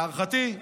להערכתי,